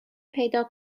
پیدا